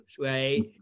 right